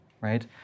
right